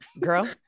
Girl